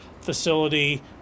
facility